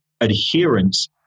adherence